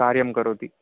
कार्यं करोति